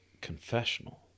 confessional